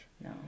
No